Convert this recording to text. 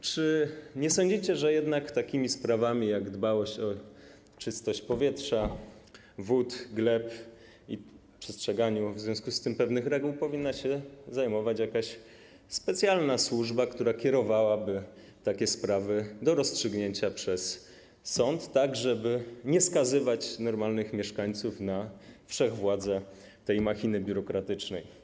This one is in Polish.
Czy nie sądzicie, że jednak takimi sprawami jak dbałość o czystość powietrza, wód, gleb i przestrzeganie w związku z tym pewnych reguł powinna się zajmować jakaś specjalna służba, która kierowałaby takie sprawy do rozstrzygnięcia przez sąd, tak żeby nie skazywać normalnych mieszkańców na wszechwładzę machiny biurokratycznej?